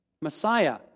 Messiah